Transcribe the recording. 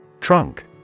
Trunk